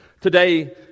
Today